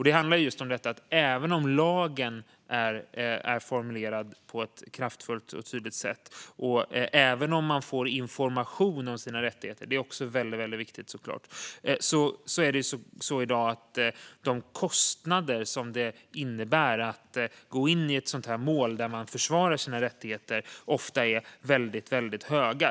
Det handlar just om detta: Även om lagen är formulerad på ett kraftfullt och tydligt sätt och även om man får information om sina rättigheter, vilket såklart också är väldigt viktigt, är det i dag så att kostnaderna för att gå in i ett mål där man försvarar sina rättigheter ofta är väldigt höga.